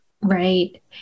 Right